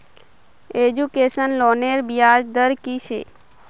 Education लोनेर ब्याज दर कि छे?